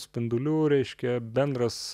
spindulių reiškia bendras